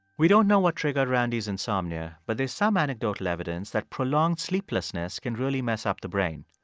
we don't know what triggered randy's insomnia. but there's some anecdotal evidence that prolonged sleeplessness can really mess up the brain.